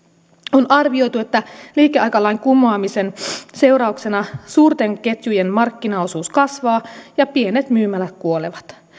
on arvioitu että liikeaikalain kumoamisen seurauksena suurten ketjujen markkinaosuus kasvaa ja pienet myymälät kuolevat